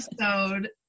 episode